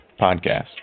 podcast